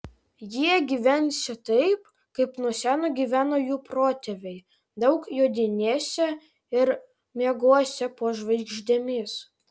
jie gyvensią taip kaip nuo seno gyveno jų protėviai daug jodinėsią ir miegosią po žvaigždėmis